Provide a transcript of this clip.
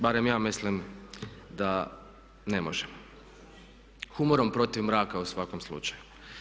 Barem ja mislim da ne možemo humorom protiv mraka u svakom slučaju.